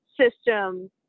system